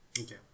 okay